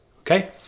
Okay